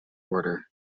order